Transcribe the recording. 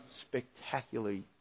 spectacularly